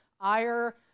ire